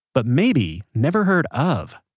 but maybe, never heard of,